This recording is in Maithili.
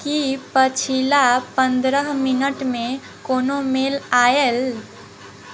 की पछिला पन्द्रह मिनटमे कोनो मेल आयल